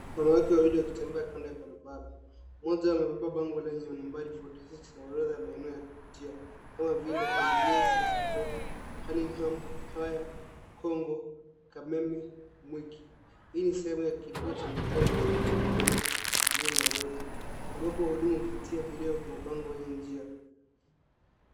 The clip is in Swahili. Wanawake wawiliwakitembea kando ya barabara, mmoja amebeba bango lenye nambari 46 na orodha ya meoeneo ya kupitia kama vile NBS, hospital, Hurlingham, higher, Congo, Kameme, Mwiki. Hii ni sehemu ya kituo cha magari ya usafiri wa umma jijini Nairobi ambapo wahudumu huvutia abiria kwa mabango yenye njia.